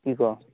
কি ক